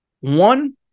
One